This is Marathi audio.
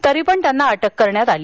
तरी पण त्यांना अटक करण्यात आली